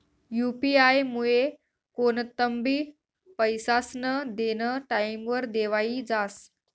UP आयमुये कोणतंबी पैसास्नं देनं टाईमवर देवाई जास